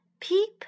Peep